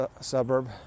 suburb